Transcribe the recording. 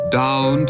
down